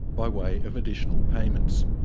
by way of additional payments'.